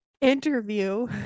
interview